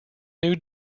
new